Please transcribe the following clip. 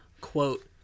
quote